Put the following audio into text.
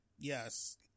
Yes